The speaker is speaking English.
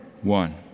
one